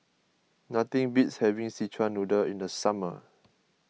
nothing beats having Szechuan Noodle in the summer